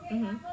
mmhmm